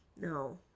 no